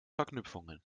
verknüpfungen